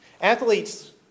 Athletes